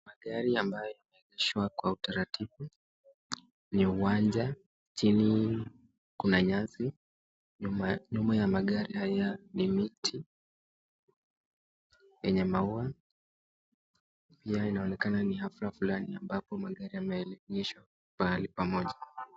Magari ambayo yameegeshwa kwa utaratibu. Ni uwanja, chini kuna nyasi, nyuma ya magari haya ni miti yenye maua. Pia inaonekana ni hafla fulani magari yameegeshwa kwa pamoja.